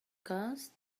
cost